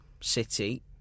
City